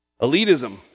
Elitism